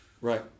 right